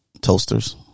Toasters